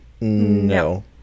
No